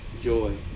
joy